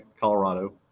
colorado